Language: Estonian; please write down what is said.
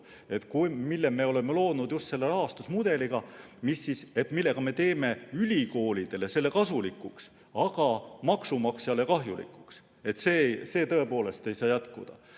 mille me oleme loonud just selle rahastusmudeliga, millega me teeme ülikoolidele selle kasulikuks, aga maksumaksjale kahjulikuks. See tõepoolest ei tohi jätkuda.